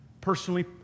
personally